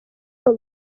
uko